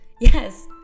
Yes